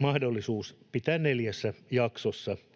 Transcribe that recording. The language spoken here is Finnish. mahdollisuus pitää vanhempainvapaa